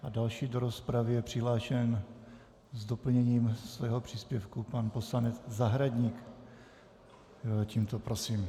A další do rozpravy je přihlášen s doplněním svého příspěvku pan poslanec Zahradník, tímto prosím.